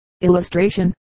Illustration